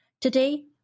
Today